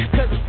Cause